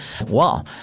Wow